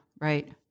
Right